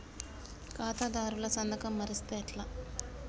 ఖాతాదారుల సంతకం మరిస్తే ఎట్లా?